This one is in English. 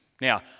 Now